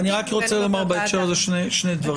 אני רוצה לומר בהקשר הזה שני דברים.